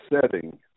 setting